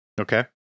okay